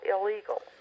illegal